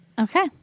Okay